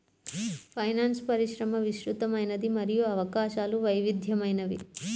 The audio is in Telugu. ఫైనాన్స్ పరిశ్రమ విస్తృతమైనది మరియు అవకాశాలు వైవిధ్యమైనవి